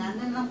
why